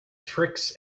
tricks